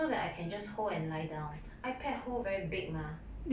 so that I can just hold and lie down ipad hold very big mah